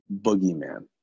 boogeyman